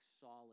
solid